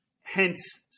Hence